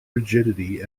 rigidity